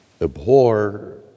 Abhor